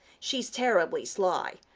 she's terribly sly.